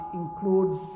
includes